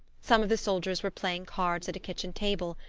some of the soldiers were playing cards at a kitchen table,